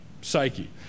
psyche